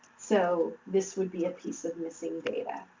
so, this would be a piece of missing data.